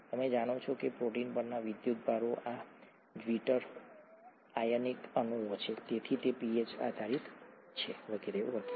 તમે જાણો છો કે પ્રોટીન પરના વિદ્યુતભારો આ ઝ્વિટર આયનિક અણુ છે તેથી તે pH આધારિત છે વગેરે વગેરે